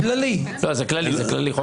לא, זה כללי, זה כללי.